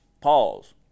pause